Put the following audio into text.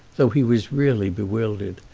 though he was really bewildered,